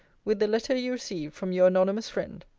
with the letter you received from your anonymous friend.